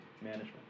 management